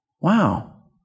wow